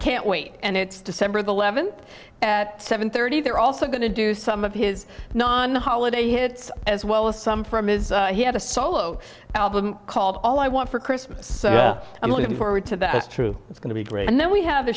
can't wait and it's december the levon at seven thirty they're also going to do some of his non holiday hits as well as some from his he had a solo album called all i want for christmas i'm looking forward to that it's true it's going to be great and then we have